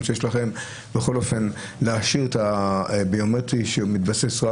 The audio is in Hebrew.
שיש לכם להשאיר את הביומטרי כשהוא מתבסס על